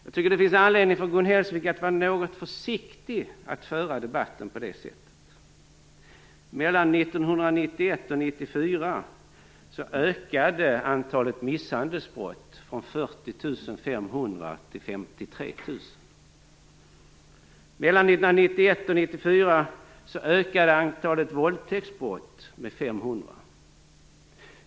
Jag tycker det finns anledning för Gun Hellsvik att vara något försiktig med att föra debatten på det sättet. Mellan 1991 och 1994 ökade antalet misshandelsbrott från 40 500 till 53 000. Mellan 1991 och 1994 ökade antalet våldtäktsbrott med 500.